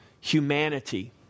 humanity